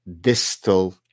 distal